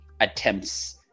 attempts